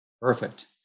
Perfect